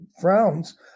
frowns